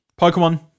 Pokemon